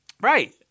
Right